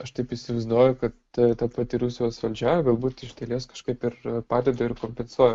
aš taip įsivaizduoju kad tai ta pati rusijos valdžia galbūt iš dalies kažkaip ir padeda ir kompensuoja